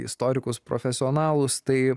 istorikus profesionalūs tai